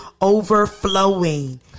Overflowing